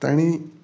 ताणी